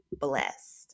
blessed